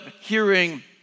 hearing